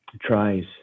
tries